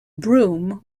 broome